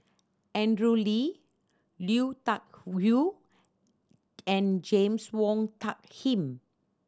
Andrew Lee Lui Tuck Yew and James Wong Tuck Yim